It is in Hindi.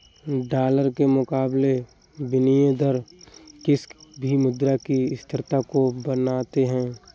डॉलर के मुकाबले विनियम दर किसी भी मुद्रा की स्थिरता को बताते हैं